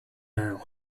now